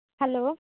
hello